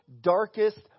darkest